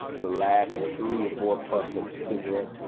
the last three or four puffs of a cigarette,